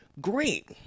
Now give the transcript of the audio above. great